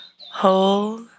Hold